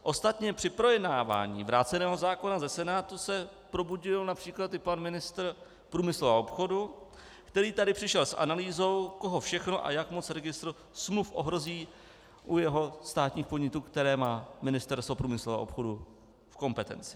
Ostatně při projednávání vráceného zákona ze Senátu se probudil například i pan ministr průmyslu a obchodu, který tady přišel s analýzou, koho všechno a jak moc registr smluv ohrozí u jeho státních podniků, které má Ministerstvo průmyslu a obchodu v kompetenci.